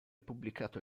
pubblicato